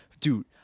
dude